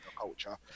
culture